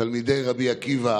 תלמידי רבי עקיבא